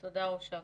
תודה, ראש אכ"א.